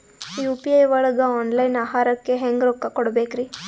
UPI ಒಳಗ online ಆಹಾರಕ್ಕೆ ಹೆಂಗ್ ರೊಕ್ಕ ಕೊಡಬೇಕ್ರಿ?